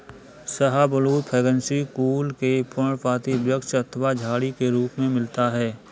शाहबलूत फैगेसी कुल के पर्णपाती वृक्ष अथवा झाड़ी के रूप में मिलता है